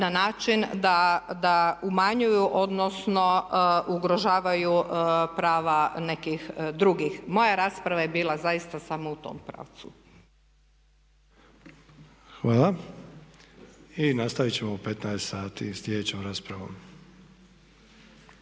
na način da umanjuju odnosno ugrožavaju prava nekih drugih. Moja rasprava je bila zaista samo u tom pravcu. **Sanader, Ante (HDZ)** Hvala. I nastavit ćemo u 15,00 sati sa sljedećom raspravom.